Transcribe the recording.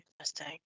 Interesting